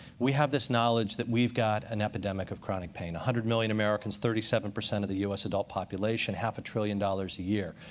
we have this knowledge that we've got an epidemic of chronic pain. one hundred million americans, thirty seven percent of the us adult population, half a trillion dollars a year.